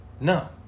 No